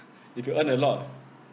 if you earn a lot